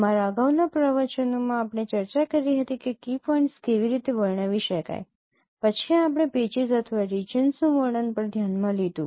અમારા અગાઉના પ્રવચનોમાં આપણે ચર્ચા કરી હતી કે કી પોઇન્ટ્સ કેવી રીતે વર્ણવી શકાય પછી આપણે પેચીસ અથવા રિજિયન્સનું વર્ણન પણ ધ્યાનમાં લીધું